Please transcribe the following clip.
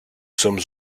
sommes